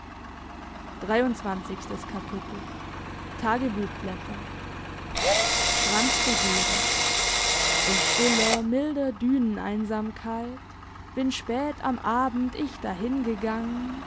strandbegehren in stiller milder düneneinsamkeit bin spät am abend ich dahingegangen